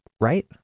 right